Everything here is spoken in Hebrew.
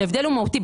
וההבדל הוא מהותי.